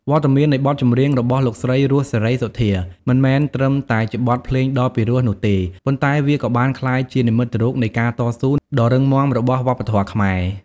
វត្តមាននៃបទចម្រៀងរបស់លោកស្រី រស់ សេរីសុទ្ធា មិនមែនត្រឹមតែជាបទភ្លេងដ៏ពីរោះនោះទេ ប៉ុន្តែវាបានក្លាយជា និមិត្តរូបនៃការតស៊ូ ដ៏រឹងមាំរបស់វប្បធម៌ខ្មែរ។